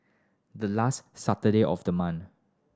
the last Saturday of the month